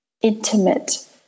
intimate